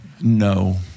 No